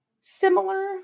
Similar